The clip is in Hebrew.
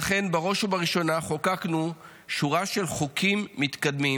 לכן בראש ובראשונה חוקקנו שורה של חוקים מתקדמים,